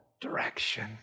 direction